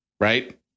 Right